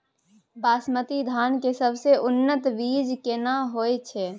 बासमती धान के सबसे उन्नत बीज केना होयत छै?